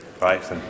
right